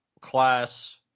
class